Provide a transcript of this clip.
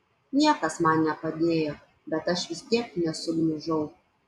niekas man nepadėjo bet aš vis tiek nesugniužau